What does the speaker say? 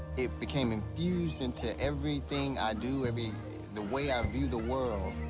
it became infused into everything i do, i mean the way i view the world.